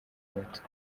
moto